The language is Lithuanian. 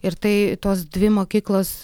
ir tai tos dvi mokyklos